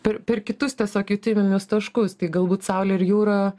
per per kitus tiesiog jutiminius taškus tai galbūt saulė ir jūra